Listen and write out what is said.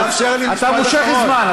די, נגמר לך הזמן.